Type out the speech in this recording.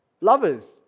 Lovers